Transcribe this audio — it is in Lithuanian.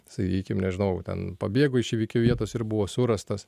sakykim nežinau ten pabėgo iš įvykio vietos ir buvo surastas